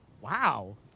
Wow